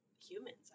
humans